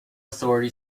authority